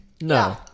No